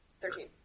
Thirteen